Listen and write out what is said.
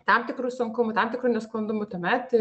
tam tikrų sunkumų tam tikrų nesklandumų tuomet